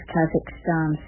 Kazakhstan